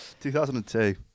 2002